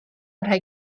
rhai